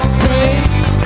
praise